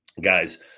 guys